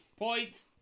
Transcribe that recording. Point